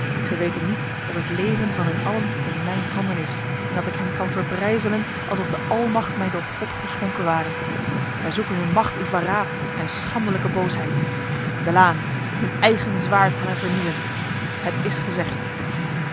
zij weten niet dat het leven van hen allen in mijn handen is en dat ik hen kan verbrijzelen alsof de almacht mij door god geschonken ware zij zoeken hun macht in verraad en schandelijke boosheid welaan hun eigen zwaard zal hen vernielen het is gezegd